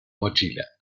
mochila